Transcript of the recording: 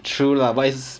true lah but it's